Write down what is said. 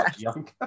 young